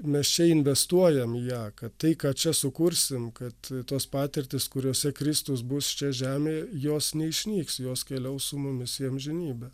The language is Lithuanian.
mes čia investuojame į ją kad tai ką čia sukursim kad tos patirtys kuriose kristus bus čia žemėj jos neišnyks jos keliaus su mumis į amžinybę